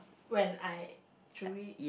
when I truly